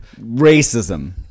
racism